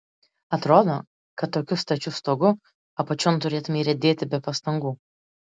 atrodo kad tokiu stačiu stogu apačion turėtumei riedėti be pastangų